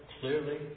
clearly